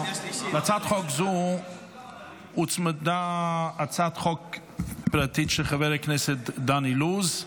להצעת חוק זו הוצמדה הצעת חוק פרטית של חבר הכנסת דן אילוז.